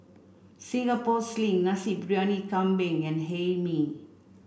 Singapore Sling Nasi Briyani Kambing and Hae Mee